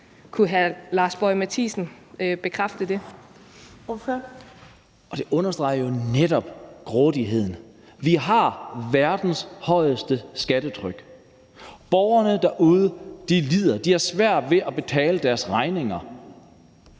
Det understreger jo netop grådigheden. Vi har verdens højeste skattetryk. Borgerne derude lider, de har svært ved at betale deres regninger